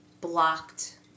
blocked